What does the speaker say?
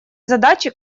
задачи